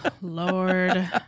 Lord